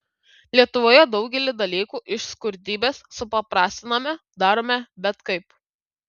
lietuvoje daugelį dalykų iš skurdybės supaprastiname darome bet kaip